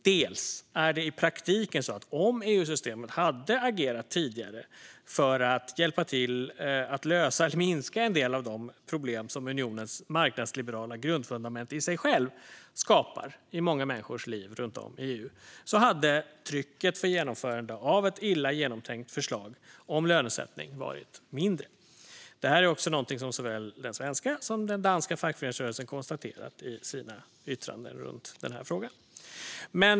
Dels är det i praktiken så att om EU-systemet hade agerat tidigare för att hjälpa till att lösa eller minska en del av de problem som unionens marknadsliberala grundfundament i sig själv skapar i många människors liv runt om i EU hade trycket för genomförande av ett illa genomtänkt förslag om lönesättning varit mindre. Detta är också något som såväl den svenska som den danska fackföreningsrörelsen konstaterat i sina yttranden i den här frågan.